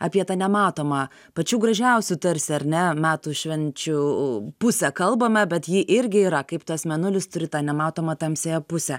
apie tą nematomą pačių gražiausių tarsi ar ne metų švenčių pusę kalbame bet ji irgi yra kaip tas mėnulis turi tą nematomą tamsiąją pusę